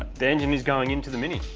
the engine is going into the mini.